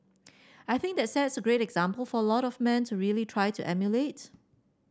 I think that sets a great example for lot of men to really try to emulate